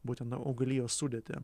būtent tą augalijos sudėtį